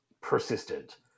persistent